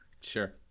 Sure